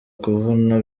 kuvana